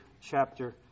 chapter